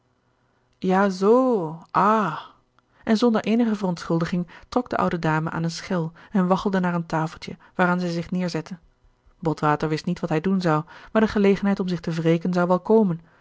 ah en zonder eenige verontschuldiging trok de oude dame aan eene schel en waggelde naar een tafeltje waaraan zij zich neerzette botwater wist niet wat hij doen zou maar de gelegenheid om zich te wreken zou wel komen